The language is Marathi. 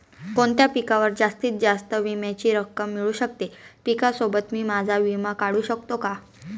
कोणत्या पिकावर जास्तीत जास्त विम्याची रक्कम मिळू शकते? पिकासोबत मी माझा विमा काढू शकतो का?